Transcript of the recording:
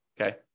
okay